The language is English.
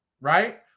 right